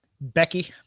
Becky